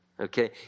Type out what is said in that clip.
Okay